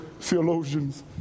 theologians